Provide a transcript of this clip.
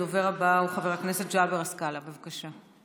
הדובר הבא הוא חבר הכנסת ג'אבר עַסְקָאלה, בבקשה.